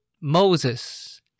Moses